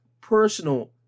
personal